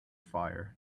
fire